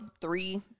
three